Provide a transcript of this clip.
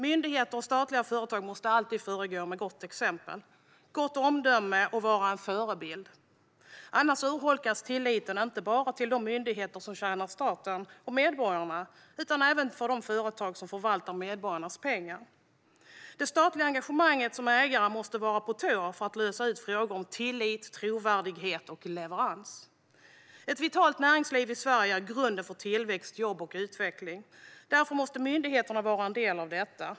Myndigheter och statliga företag måste alltid föregå med gott exempel och gott omdöme och vara en förebild. Annars urholkas tilliten inte bara till de myndigheter som tjänar staten och medborgarna utan även till de företag som förvaltar medborgarnas pengar. Det statliga engagemanget innebär att ägaren måste vara på tå för att lösa frågor om tillit, trovärdighet och leverans. Ett vitalt näringsliv i Sverige är grunden för tillväxt, jobb och utveckling. Därför måste myndigheterna vara en del av detta.